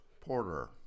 porter